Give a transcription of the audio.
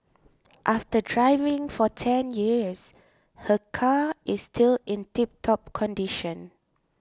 after driving for ten years her car is still in tiptop condition